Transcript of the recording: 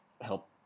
help